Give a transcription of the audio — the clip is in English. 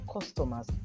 customers